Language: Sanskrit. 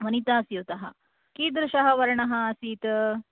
वनिता स्यूतः कीदृशः वर्णः आसीत्